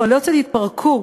קואליציות התפרקו,